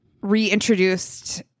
reintroduced